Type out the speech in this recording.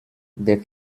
der